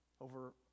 over